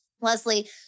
Leslie